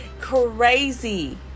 crazy